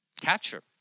Capture